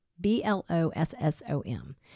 B-L-O-S-S-O-M